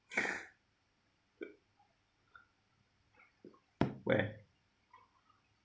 where